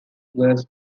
was